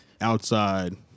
outside